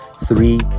Three